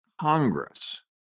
Congress